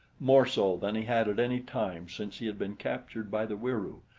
more so than he had at any time since he had been captured by the wieroo,